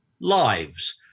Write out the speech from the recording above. lives –